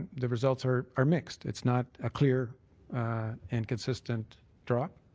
the results are are mixed. it's not a clear and consistent drop.